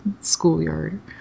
schoolyard